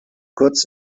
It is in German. kurz